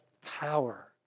power